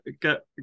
get